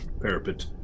parapet